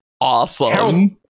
awesome